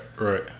right